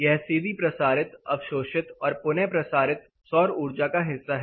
यह सीधी प्रसारित अवशोषित और पुनः प्रसारित सौर ऊर्जा का हिस्सा है